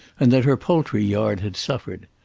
and that her poultry-yard had suffered.